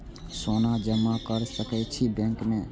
सोना जमा कर सके छी बैंक में?